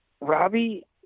Robbie